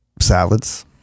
salads